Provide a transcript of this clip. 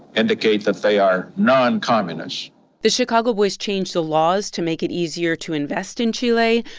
indicate that they are noncommunist the chicago boys change the laws to make it easier to invest in chile,